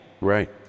Right